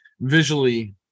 visually